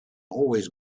always